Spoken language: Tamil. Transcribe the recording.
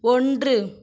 ஒன்று